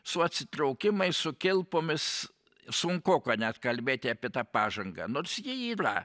su atsitraukimais su kilpomis sunkoka net kalbėti apie tą pažangą nors ji yra